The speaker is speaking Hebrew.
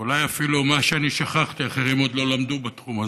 ואולי אפילו מה ששכחתי אחרים עוד לא למדו בתחום הזה,